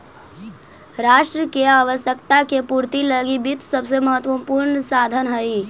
राष्ट्र के आवश्यकता के पूर्ति लगी वित्त सबसे महत्वपूर्ण साधन हइ